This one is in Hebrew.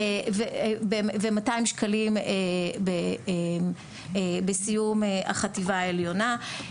ו- 200 ש"ח בסיום החטיבה העליונה.